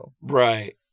Right